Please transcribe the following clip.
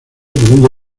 por